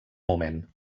moment